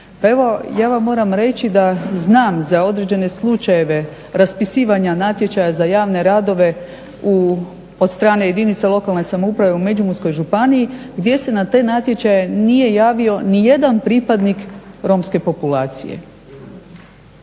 evo ja vam moram reći da znam za određene slučajeve raspisivanja natječaja za javne radove od strane jedinica lokalne samouprave u Međimurskoj županiji gdje se na te natječaje nije javio ni jedan pripadnik romske populacije.